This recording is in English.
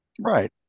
right